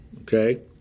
Okay